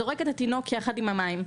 שזורק את התינוק יחד עם המים,